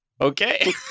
Okay